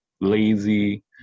lazy